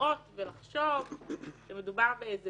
לטעות ולחשוב שמדובר באיזה